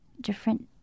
Different